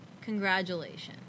congratulations